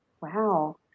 Wow